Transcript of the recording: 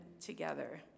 together